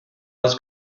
aus